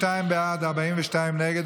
בעד, 42 נגד.